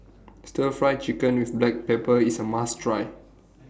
Stir Fry Chicken with Black Pepper IS A must Try